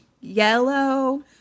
yellow